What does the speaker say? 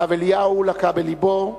הרב אליהו לקה בלבו,